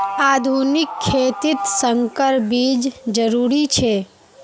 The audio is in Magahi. आधुनिक खेतित संकर बीज जरुरी छे